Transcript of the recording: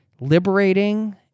liberating